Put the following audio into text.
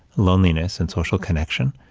loneliness and social connection.